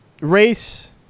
race